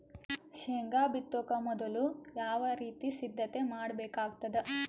ಶೇಂಗಾ ಬಿತ್ತೊಕ ಮೊದಲು ಯಾವ ರೀತಿ ಸಿದ್ಧತೆ ಮಾಡ್ಬೇಕಾಗತದ?